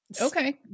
Okay